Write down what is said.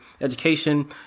education